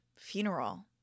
funeral